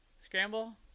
Scramble